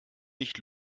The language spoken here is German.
nicht